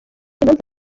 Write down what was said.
impamvu